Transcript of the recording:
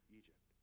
egypt